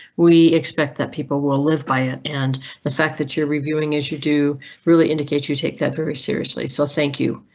we expect that people will live by it. and the fact that you're reviewing as you do really indicates you take that very seriously. so thank you,